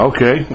Okay